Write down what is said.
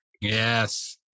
Yes